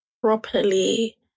properly